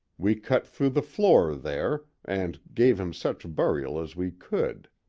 we cut through the floor there, and gave him such burial as we could.